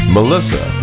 Melissa